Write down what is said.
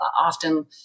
often